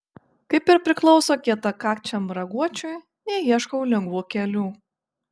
kaip ir priklauso kietakakčiam raguočiui neieškau lengvų kelių